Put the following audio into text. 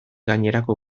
gainerako